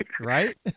Right